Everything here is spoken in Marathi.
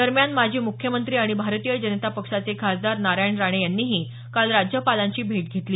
दरम्यान माजी मुख्यमंत्री आणि भारतीय जनता पक्षाचे खासदार नारायण राणे यांनीही काल राज्यपालांची भेट घेतली